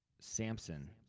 Samson